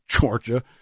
Georgia